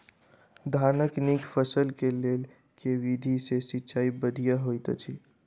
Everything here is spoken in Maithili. धानक नीक फसल केँ लेल केँ विधि सँ सिंचाई बढ़िया होइत अछि?